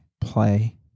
play